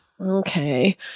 okay